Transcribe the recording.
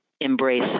embrace